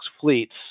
fleets